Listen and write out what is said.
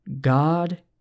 God